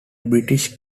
british